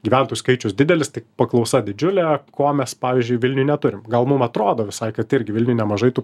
gyventojų skaičius didelis tik paklausa didžiulė ko mes pavyzdžiui vilniuj neturim gal mums atrodo visai kad irgi vilniuj nemažai tų